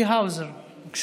חבר הכנסת צבי האוזר, בבקשה.